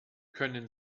können